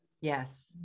Yes